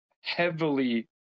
heavily